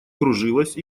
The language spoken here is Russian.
кружилась